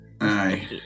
Aye